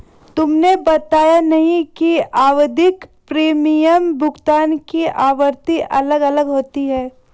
तुमने बताया नहीं कि आवधिक प्रीमियम भुगतान की आवृत्ति अलग अलग होती है